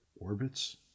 Orbits